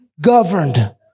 governed